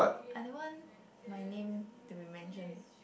I don't want my name to be mentioned